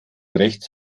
rechts